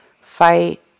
fight